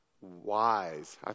wise